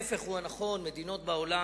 ההיפך הוא הנכון: מדינות בעולם,